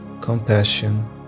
compassion